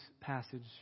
passage